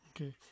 Okay